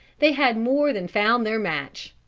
they had more than found their match.